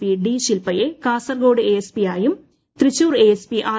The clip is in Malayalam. പി ഡി ശിൽപയെ കാസർഗോഡ് എഎസ്പിയായും തൃശൂർ എഎസ്പി ആർ